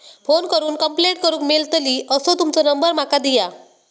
Phone करून complaint करूक मेलतली असो तुमचो नंबर माका दिया?